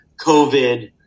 COVID